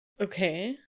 Okay